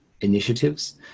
initiatives